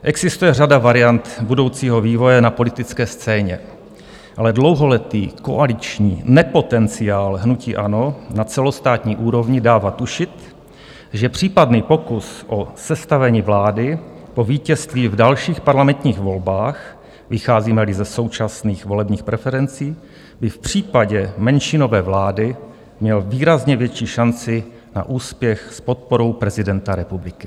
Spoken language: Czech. Existuje řada variant budoucího vývoje na politické scéně, ale dlouholetý koaliční nepotenciál hnutí ANO na celostátní úrovni dává tušit, že případný pokus o sestavení vlády po vítězství v dalších parlamentních volbách, vycházímeli ze současných volebních preferencí, by v případě menšinové vlády měl výrazně větší šanci na úspěch s podporou prezidenta republiky.